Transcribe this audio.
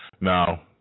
Now